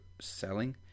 selling